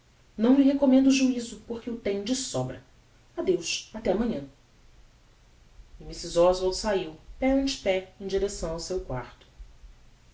não lhe recommendo juizo porque o tem de sobra adeus até amanhã e mrs oswald sahiu pé ante pé em direcção ao seu quarto